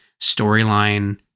storyline